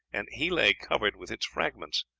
and he lay covered with its fragments.